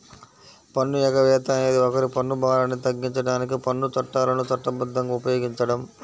పన్ను ఎగవేత అనేది ఒకరి పన్ను భారాన్ని తగ్గించడానికి పన్ను చట్టాలను చట్టబద్ధంగా ఉపయోగించడం